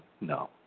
no